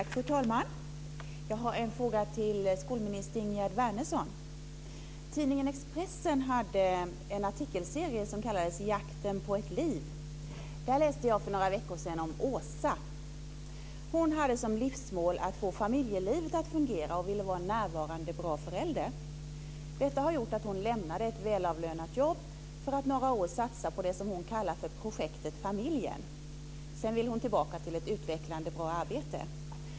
Fru talman! Jag har en fråga till skolminister Tidningen Expressen hade en artikelserie som kallades Jakten på ett liv. Där läste jag för några veckor sedan om Åsa. Hon hade som livsmål att få familjelivet att fungera och ville vara en närvarande och bra förälder. Detta gjorde att hon lämnade ett välavlönat jobb för att under några år satsa på det som hon kallar för projektet familjen. Sedan vill hon tillbaka till ett utvecklande och bra arbete.